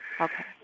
Okay